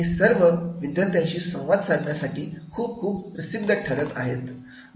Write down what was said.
हे सर्व विद्यार्थ्यांशी संवाद साधण्यासाठी खूप खूप प्रसिद्ध ठरत आहेत